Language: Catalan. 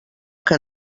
que